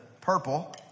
purple